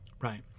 Right